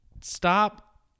Stop